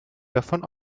davon